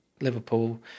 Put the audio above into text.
Liverpool